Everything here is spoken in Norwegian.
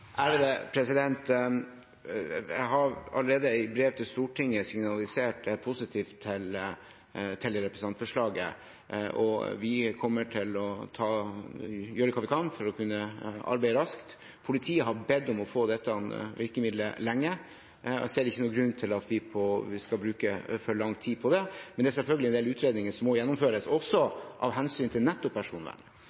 jeg er positiv til det representantforslaget. Vi kommer til å gjøre hva vi kan for å kunne arbeide raskt. Politiet har bedt om å få dette virkemiddelet lenge. Jeg ser ikke noen grunn til at vi skal bruke for lang tid på det, men det er selvfølgelig en del utredninger som må gjennomføres, også